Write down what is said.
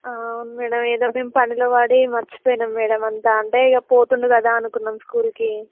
అవును మేడమ్ ఏదో దీని పనిలో పడి మర్చిపోయినాం మేడమ్ అంతా అంటే ఇక పోతున్నాడు కదా అనుకున్నాం ఇక స్కూల్కి